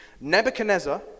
Nebuchadnezzar